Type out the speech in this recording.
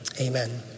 Amen